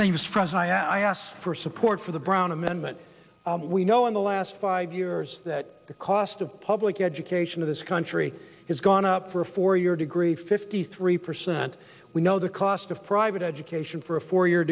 us i asked for support for the brown amendment we know in the last five years that the cost of public education of this country has gone up for a four year degree fifty three percent we know the cost of private education for a four year